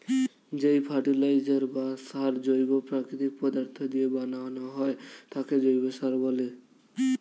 যেই ফার্টিলাইজার বা সার জৈব প্রাকৃতিক পদার্থ দিয়ে বানানো হয় তাকে জৈব সার বলে